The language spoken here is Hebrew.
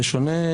בשונה,